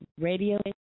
Radio